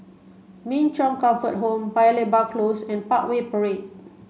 Min Chong Comfort Home Paya Lebar Close and Parkway Parade